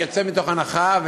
אני יוצא מתוך הנחה,